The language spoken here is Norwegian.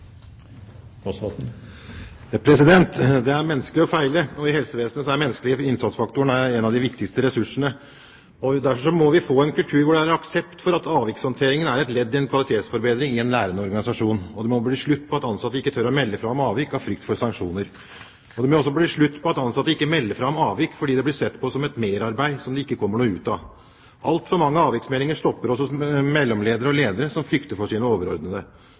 feile, og i helsevesenet er den menneskelige innsatsfaktoren en av de viktigste ressursene. Derfor må vi få en kultur hvor det er aksept for at avvikshåndteringen er et ledd i kvalitetsforbedringen i en lærende organisasjon, og det må bli slutt på at de ansatte ikke tør å melde fra om avvik av frykt for sanksjoner. Det må også bli slutt på at ansatte ikke melder fra om avvik fordi det blir sett på som et merarbeid som det ikke kommer noe ut av. Altfor mange avviksmeldinger stopper hos mellomledere og ledere som frykter for sine overordnede.